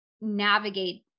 navigate